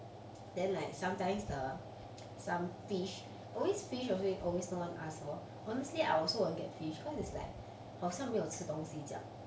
then like sometimes the some fish always fish also always no one ask 我 honestly I also won't get fish because it is like 好像没有吃东西这样